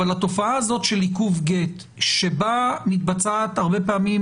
אבל התופעה הזאת של עיכוב גט שבה מתבצעת הרבה פעמים